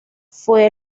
fue